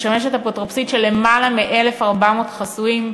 המשמשת אפוטרופוסית של למעלה מ-1,400 חוסים.